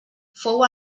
fou